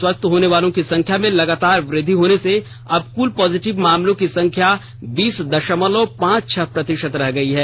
स्वस्थ होने वालों की संख्या में लगातार वृद्धि होने से अब क्ल पॉजिटिव मामलों की संख्यार बीस दशमलव पांच छह प्रातिशत रह गई है